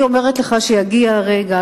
אני אומרת לך שיגיע הרגע,